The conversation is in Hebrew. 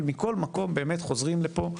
אבל מכל מקום באמת חוזרים לפה.